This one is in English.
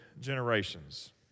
generations